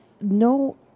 no